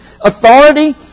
authority